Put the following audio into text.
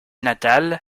natale